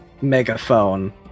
megaphone